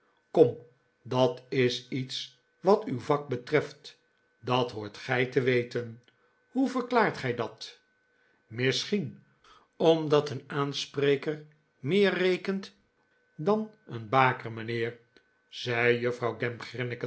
kom dat is iets dat uw vak betreft dat hoort gij te weten hoe verklaart gij dat misschien omdat een aanspreker meer rekent dan een baker mijnheer zei juffrouw